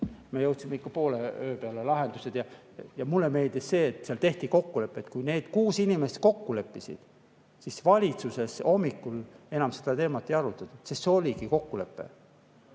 Me jõudsime poole öö peal lahenduseni. Mulle meeldis see, et seal tehti kokkuleppeid. Kui need kuus inimest kokku leppisid, siis valitsuses hommikul enam seda teemat ei arutatud, sest see oligi kokkuleppe.